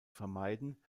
vermeiden